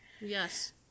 Yes